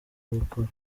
gukora